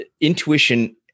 intuition